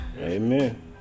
Amen